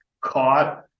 caught